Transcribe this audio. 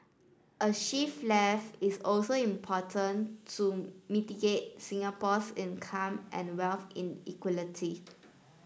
a shift left is also important to mitigate Singapore's income and wealth inequality